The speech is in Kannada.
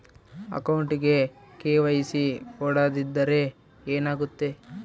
ಅಕೌಂಟಗೆ ಕೆ.ವೈ.ಸಿ ಕೊಡದಿದ್ದರೆ ಏನಾಗುತ್ತೆ?